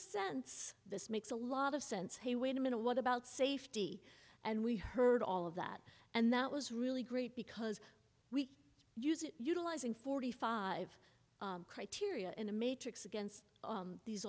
sense this makes a lot of sense hey wait a minute what about safety and we heard all of that and that was really great because we use it utilizing forty five criteria in a matrix against these